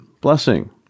blessing